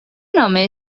نامه